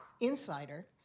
insider